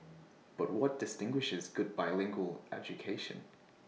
but what distinguishes good bilingual education